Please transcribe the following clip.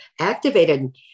activated